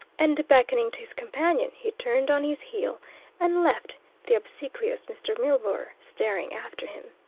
and, beckoning to his companion, he turned on his heel and left the obsequious mr. milburgh staring after him.